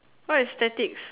what is statics